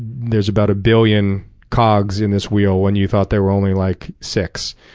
there's about a billion cogs in this wheel when you thought there were only like six.